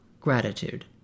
gratitude